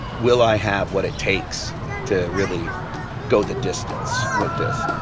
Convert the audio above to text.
will i have what it takes to really go the distance with this?